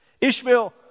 Ishmael